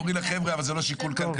ואומרים חבר'ה, אבל זה לא שיקול כלכלי.